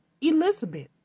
Elizabeth